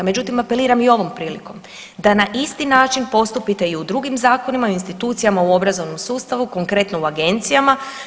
Međutim, apeliram i ovom prilikom da na isti način postupite i u drugim zakonima i institucijama u obrazovnom sustavu, konkretno, u agencijama.